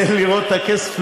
תן לראות את הכסף.